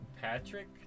Patrick